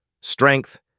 strength